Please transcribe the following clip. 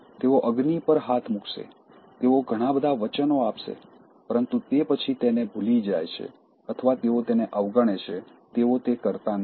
તેઓ અગ્નિ પર હાથ મૂકશે તેઓ ઘણા બધા વચનો આપશે પરંતુ તે પછી તેને ભૂલી જાય છે અથવા તેઓ તેને અવગણે છે તેઓ તે કરતા નથી